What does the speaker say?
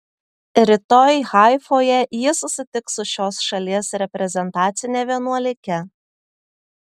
rytoj haifoje ji susitiks su šios šalies reprezentacine vienuolike